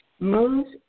moves